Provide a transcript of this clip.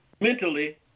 mentally